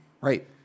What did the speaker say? right